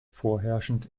vorherrschend